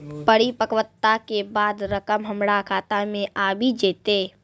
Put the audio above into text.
परिपक्वता के बाद रकम हमरा खाता मे आबी जेतै?